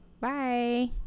Bye